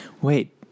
Wait